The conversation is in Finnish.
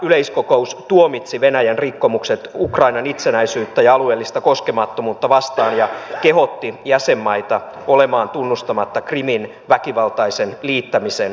yleiskokous tuomitsi venäjän rikkomukset ukrainan itsenäisyyttä ja alueellista koskemattomuutta vastaan ja kehotti jäsenmaita olemaan tunnustamatta krimin väkivaltaisen liittämisen venäjään